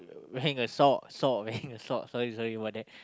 wearing a sock sock wearing a sock sorry sorry about that